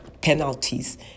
penalties